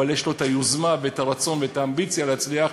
אבל יש לו את היוזמה ואת הרצון ואת האמביציה להצליח,